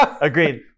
Agreed